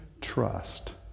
trust